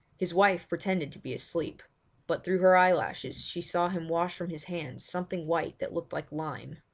his wife pretended to be asleep but through her eyelashes she saw him wash from his hands something white that looked like lime.